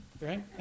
right